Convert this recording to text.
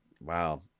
Wow